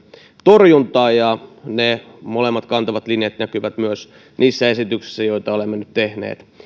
torjuntaan ne molemmat kantavat linjat näkyvät myös niissä esityksissä joita olemme nyt tehneet